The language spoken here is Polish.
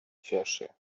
cieszy